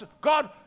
God